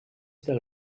del